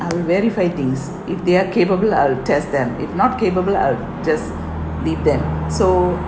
I'll verify things if they are capable I'll test them if not capable I'll just leave them so